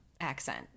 accent